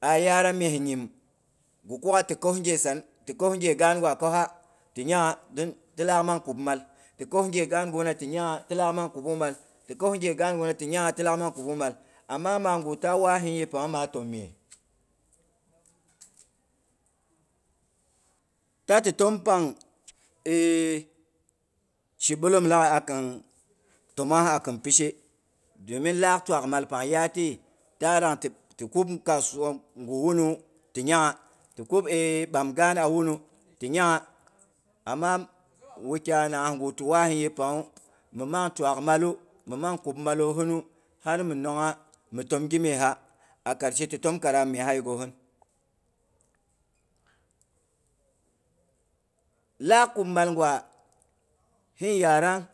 A yara mye nyim ghi kuk'gha ti go nghe tsana'a ti goh ghe gaan gwa koha ti nyangha don tilaak mang kub mal, ti koh ghe gaan gu na ti nyangha don ti laak nang kubung mal amma wukyana ngha ta wur hin yep pang nyu maa tim mye ta ti tom pang eh shibilom laghai a kin tomong ngha a khin pishe. Domin laak twaak malpang, yaa tiyi ta rang ti kub kasuwa ngu a wuni ti nyangha, ti kub ɓam gaan a wunu ti nyangha. Amma wu wukyai nanghas gu ti war hin yepang nghu mimang twaak malu, mimang kub malohinu, har mi nongha, mi tom gimyesa. A karshe ti tom kara mi me a yegogin laak kup mal gwa, hin yarang